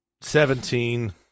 Seventeen